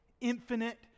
infinite